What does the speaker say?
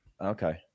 Okay